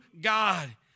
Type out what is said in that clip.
God